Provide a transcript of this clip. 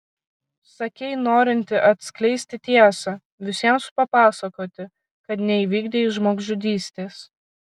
sakei norinti atskleisti tiesą visiems papasakoti kad neįvykdei žmogžudystės